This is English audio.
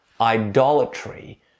Idolatry